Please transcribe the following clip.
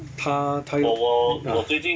他他 ah